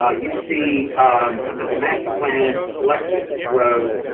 ah you see the masterplan and collector road,